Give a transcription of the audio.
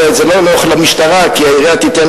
וזה לא נוח למשטרה כי העירייה תיתן